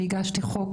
שהגשתי חוק,